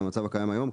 המצב הקיים היום,